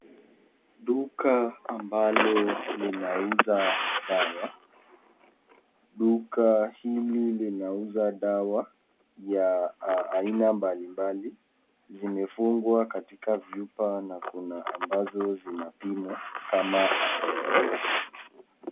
Duka ambalo linauza dawa. Duka hili linauza dawa ya aina mbali mbali zimefungwa katika vyupa na kuna ambazo zinapimwa kama..